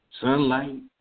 Sunlight